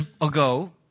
ago